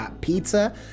Pizza